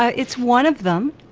ah it's one of them.